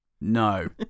No